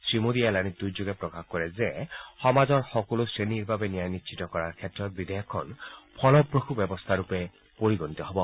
শ্ৰীমোডীয়ে এলানি টুইটযোগে প্ৰকাশ কৰে যে সমাজৰ সকলো শ্ৰেণীৰ বাবে ন্যায় নিশ্চিত কৰাৰ ক্ষেত্ৰত বিধেয়কখন ফলপ্ৰসূ ব্যৱস্থাৰূপে পৰিগণিত হ'ব